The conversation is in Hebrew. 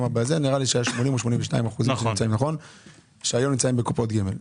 נראה לי שהיו 80% שהיום בקופות גמל.